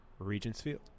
regentsfield